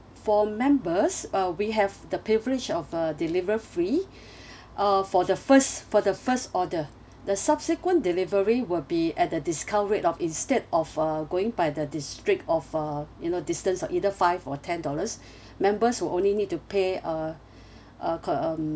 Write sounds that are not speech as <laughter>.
for members uh we have the privilege of uh deliver free <breath> uh for the first for the first order the subsequent delivery will be at the discount rate of instead of uh going by the district of uh you know distance of either five or ten dollars <breath> members will only need to pay uh <breath> uh ca~ um